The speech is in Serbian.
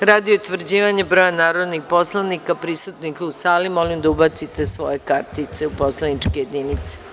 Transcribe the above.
Radi utvrđivanja broja narodnih poslanika prisutnih u sali, molim da ubacite svoje identifikacione kartice u poslaničke jedinice.